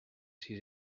sis